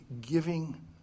giving